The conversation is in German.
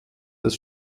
das